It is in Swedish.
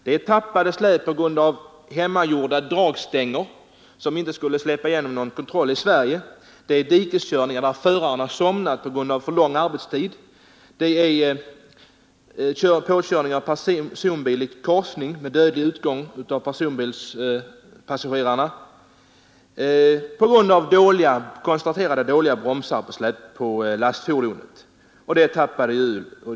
Det är släp som tappats på grund av hemgjorda dragstänger, som inte skulle släppas igenom vid någon kontroll i Sverige, det är dikeskörningar när föraren har somnat på grund av för lång arbetstid, det är påkörning av personbil i korsning med dödlig utgång för personbilspassagerarna på grund av dåliga bromsar på lastfordonet, det är tappade hjul o. d.